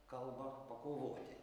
kalbą pakovoti